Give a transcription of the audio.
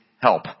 help